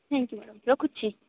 thank you madam ରଖୁଛି